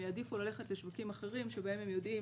הם יעדיפו ללכת לשווקים אחרים שבהם הם יודעים